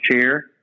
Chair